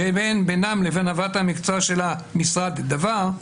שאין בינם לבין המקצוע של המשרד דבר,